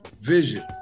vision